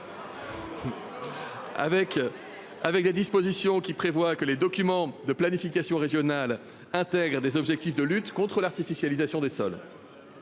Avec la disposition qui prévoit que les documents de planification régionale intègre des objectifs de lutte contre l'artificialisation des sols.